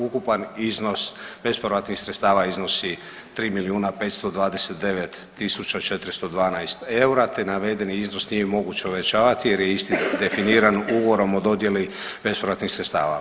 Ukupan iznos bespovratnih sredstava iznosi 3 529 412 eura te navedeni iznos nije moguće uvećavati jer je isti definiran Ugovorom o dodjeli bespovratnih sredstava.